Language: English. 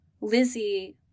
Lizzie